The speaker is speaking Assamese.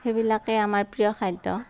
সেইবিলাকে আমাৰ প্ৰিয় খাদ্য